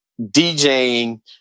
djing